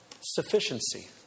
Sufficiency